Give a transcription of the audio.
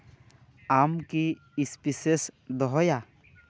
ᱟᱢ ᱠᱤ ᱥᱯᱤᱥᱮᱥ ᱫᱚᱦᱚᱭᱟ